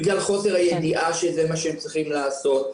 בגלל חוסר הידיעה שזה מה שהם צריכים לעשות,